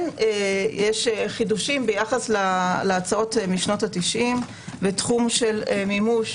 יש חידושים ביחס להצעות משנות ה-90' בתחום של מימוש